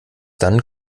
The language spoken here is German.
dann